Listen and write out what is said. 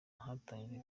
hatangijwe